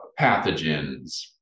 pathogens